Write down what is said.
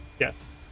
yes